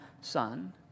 son